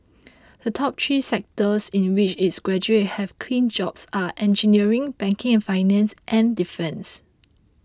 the top three sectors in which its graduates have clinched jobs are engineering banking and finance and defence